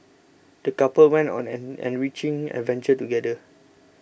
the couple went on an enriching adventure together